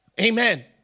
Amen